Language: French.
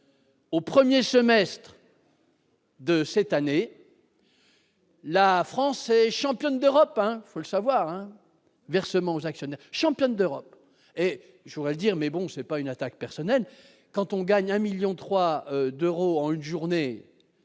au 1er semestre. De cette année, la France est championne d'Europe 1 il faut le savoir, un versement aux actionnaires, championne d'Europe. Et je voudrais dire, mais bon, c'est pas une attaque personnelle, quand on gagne 1 millions 3 d'euros en une journée